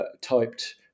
typed